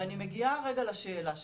אני מגיעה רגע לשאלה שלך.